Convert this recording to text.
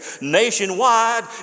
nationwide